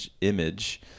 image